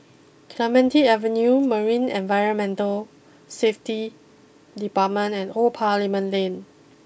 Clementi Avenue Marine Environment Safety Department and Old Parliament Lane